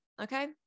okay